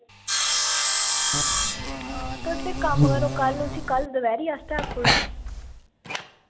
तुस इक्क कम्म करो उसी कल्ल दपैह्री आस्तै बी आक्खी ओड़ो